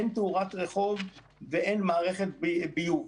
אין תאורת רחוב ואין מערכת ביוב.